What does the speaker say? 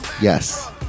yes